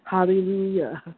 Hallelujah